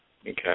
Okay